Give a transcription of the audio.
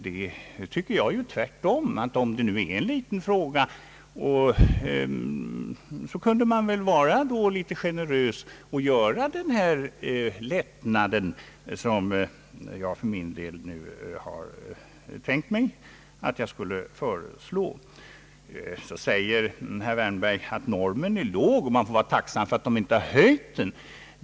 Jag tycker tvärtom att om det nu är en liten fråga borde man väl kunna vara en aning generös och bevilja den lättnad som jag har tänkt föreslå; Herr Wärnberg säger vidare att normen är låg och att man får vara tacksam för att den inte höjts.